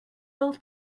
will